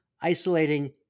isolating